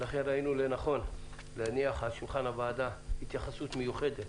ולכן ראינו לנכון שהוועדה תיתן התייחסות מיוחדת